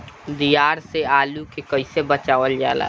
दियार से आलू के कइसे बचावल जाला?